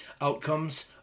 outcomes